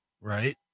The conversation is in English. Right